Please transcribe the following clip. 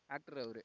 actor அவரு